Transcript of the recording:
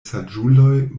saĝuloj